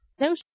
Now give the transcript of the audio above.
No